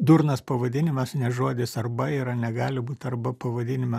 durnas pavadinimas nes žodis arba yra negali būt arba pavadinime